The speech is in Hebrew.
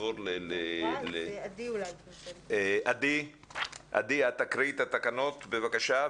עדי, את תקריאי את התקנות בבקשה.